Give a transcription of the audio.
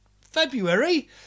February